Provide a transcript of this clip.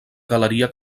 galeria